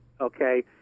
okay